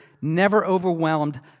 never-overwhelmed